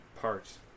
parts